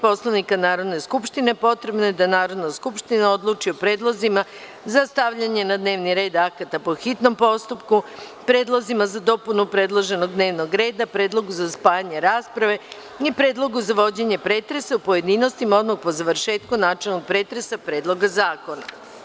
Poslovnika Narodne skupštine, potrebno je da Narodna skupština odluči o predlozima za stavljanje na dnevni red akata po hitnom postupku, predlozima za dopunu predloženog dnevnog reda, predlogu za spajanje rasprave i predlogu za vođenje pretresa u pojedinostima odmah po završetku načelnog pretresa Predloga zakona.